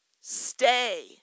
Stay